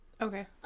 Okay